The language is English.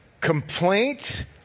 Complaint